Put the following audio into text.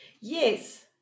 Yes